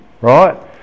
right